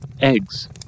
eggs